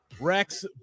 Rex